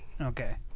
Okay